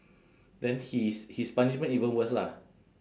then his his punishment even worse lah